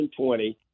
2020